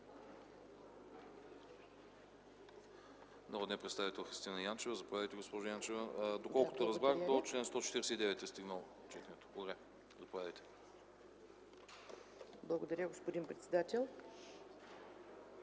Благодаря, господин председател.